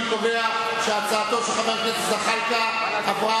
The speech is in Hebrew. אני קובע שהצעתו של חבר הכנסת זחאלקה עברה